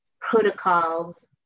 protocols